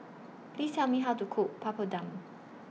Please Tell Me How to Cook Papadum